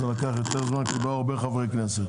זה לקח יותר זמן כי באו הרבה חברי כנסת.